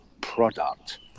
product